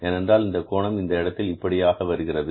ஏனென்றால் இந்தக் கோணம் இந்த இடத்தில் இப்படியாக வருகிறது